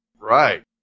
Right